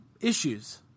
Issues